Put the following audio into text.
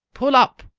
pull up!